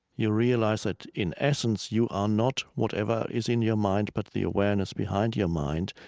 you realize that in essence you are not whatever is in your mind but the awareness behind your mind.